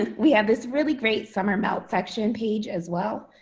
ah we have this really great summer melt section page as well.